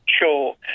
Sure